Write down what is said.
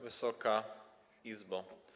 Wysoka Izbo!